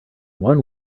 one